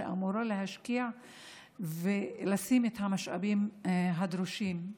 שאמורה להשקיע ולשים את המשאבים הדרושים.